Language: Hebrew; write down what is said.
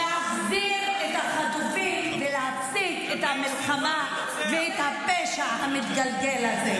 להחזיר את החטופים ולהפסיק את המלחמה ואת הפשע המתגלגל הזה.